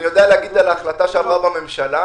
אני יודע להגיד על ההחלטה שעברה בממשלה,